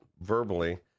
verbally